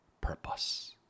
purpose